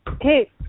Hey